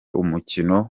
umukino